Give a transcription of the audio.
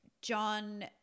John